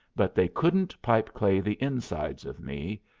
but they couldn't pipe-clay the insides of me,